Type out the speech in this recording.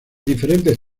diferentes